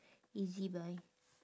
ezbuy